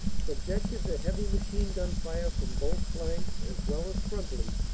subjected to heavy machine-gun fire from both flanks as well as frontally,